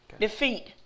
defeat